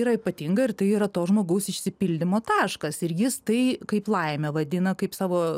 yra ypatinga ir tai yra to žmogaus išsipildymo taškas ir jis tai kaip laime vadina kaip savo